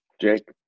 Jake